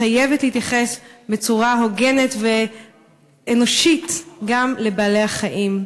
חייבת להתייחס בצורה הוגנת ואנושית גם לבעלי-החיים.